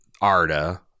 Arda